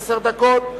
עשר דקות,